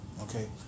okay